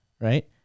Right